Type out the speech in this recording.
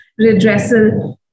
redressal